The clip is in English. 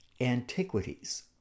Antiquities